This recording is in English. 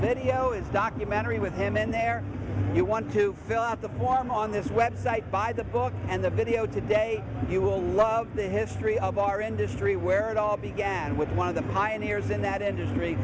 video is documentary with him in there you want to fill out the form on this website buy the book and the video today you will love the history of our industry where it all began with one of the pioneers in that industry